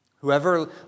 Whoever